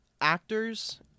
actors